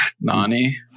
Nani